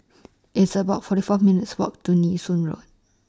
It's about forty four minutes' Walk to Nee Soon Road